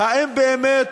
אם באמת